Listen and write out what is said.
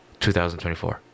2024